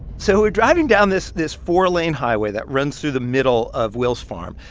so we're driving down this this four-lane highway that runs through the middle of will's farm.